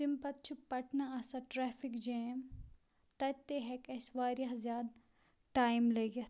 تمہِ پَتہٕ چھُ پَٹنہٕ آسان ٹریفِک جیم تَتہِ ہیٚکہِ اَسہِ واریاہ زیاد ٹایم لٔگِتھ